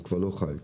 הוא כבר לא חי.